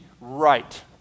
right